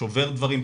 שובר דברים,